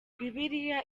bibiliya